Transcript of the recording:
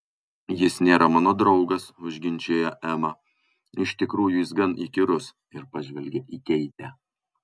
jis nėra mano draugas užginčijo ema iš tikrųjų jis gan įkyrus ir pažvelgė į keitę